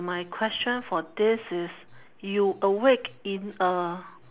my question for this is you awake in a